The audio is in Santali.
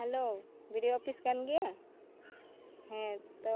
hello B D O office ᱠᱟᱱ ᱜᱮᱭᱟ ᱦᱮᱸᱛᱚ